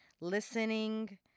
listening